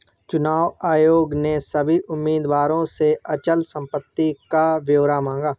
चुनाव आयोग ने सभी उम्मीदवारों से अचल संपत्ति का ब्यौरा मांगा